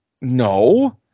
no